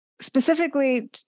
specifically